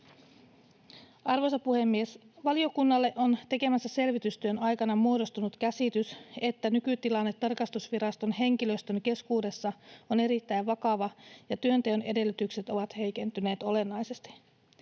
Arvoisa puhemies! Valiokunnalle on tekemänsä selvitystyön aikana muodostunut käsitys, että nykytilanne tarkastusviraston henkilöstön keskuudessa on erittäin vakava ja työnteon edellytykset ovat heikentyneet olennaisesti.